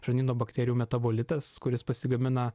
žarnyno bakterijų metabolitas kuris pasigamina